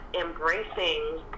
embracing